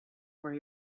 where